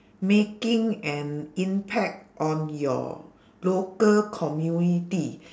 making an impact on your local community